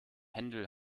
händel